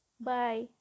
bye